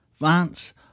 Vance